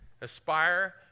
aspire